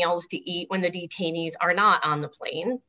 else to eat when the detainee's are not on the plane